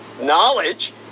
knowledge